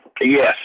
Yes